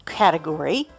category